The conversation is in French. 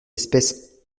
espèce